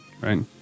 right